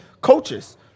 coaches